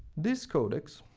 this codex.